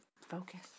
Focus